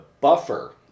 buffer